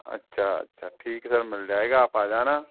अच्छा अच्छा ठीक है सर मिल जाएगा आप आ जाना